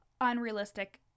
unrealistic